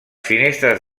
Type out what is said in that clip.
finestres